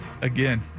Again